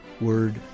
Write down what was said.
Word